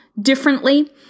differently